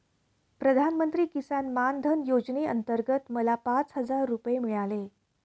प्रधानमंत्री किसान मान धन योजनेअंतर्गत मला पाच हजार रुपये मिळाले